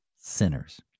sinners